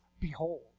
Behold